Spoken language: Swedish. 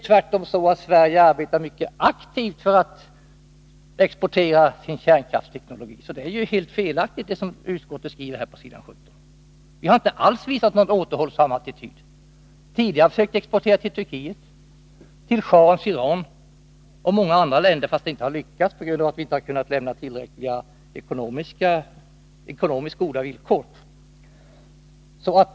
Tvärtom arbetar Sverige alltså mycket aktivt för att exportera sin kärnkraftsteknologi, så det utskottet skriver på s. 17 är helt felaktigt. Vi har inte alls visat någon återhållsam attityd. Tidigare har vi försökt exportera till Turkiet, till schahens Iran och till många andra länder, fast vi inte har lyckats på grund av att vi inte har kunnat ge tillräckligt goda ekonomiska villkor.